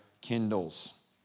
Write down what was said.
kindles